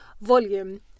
volume